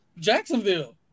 Jacksonville